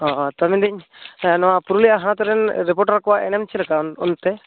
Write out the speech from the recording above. ᱛᱚ ᱢᱮᱱᱮᱫᱟᱹᱧ ᱦᱮᱸ ᱱᱚᱣᱟ ᱯᱩᱨᱩᱞᱤᱭᱟᱹ ᱦᱚᱱᱚᱛ ᱨᱮᱱ ᱨᱤᱯᱳᱴᱟᱨ ᱠᱚᱣᱟᱜ ᱮᱱᱮᱢ ᱪᱮᱫ ᱞᱮᱠᱟ ᱚᱱᱛᱮ